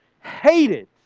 Hated